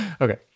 Okay